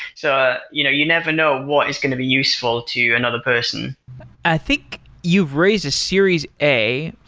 so you know you never know what is going to be useful to another person i think you've raised a series a,